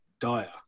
dire